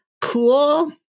cool